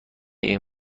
این